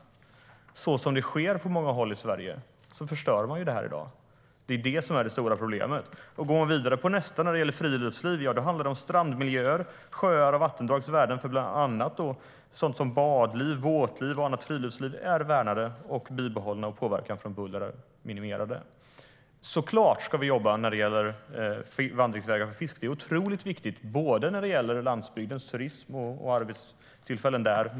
På många håll i Sverige förstör man det här i dag. Det är det som är det stora problemet. Man kan gå vidare till nästa punkt, som gäller friluftsliv. Då handlar det om att strandmiljöer, sjöar och vattendrags värden för bland annat badliv, båtliv och annat friluftsliv är värnade och bibehållna och att påverkan från buller är minimerad. Vi ska såklart jobba när det gäller vandringsvägar för fisk. Det är otroligt viktigt när det gäller landsbygdens turism och arbetstillfällen.